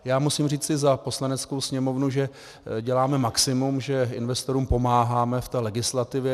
Já musím říci za Poslaneckou sněmovnu, že děláme maximum, že investorům pomáháme v té legislativě.